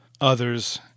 others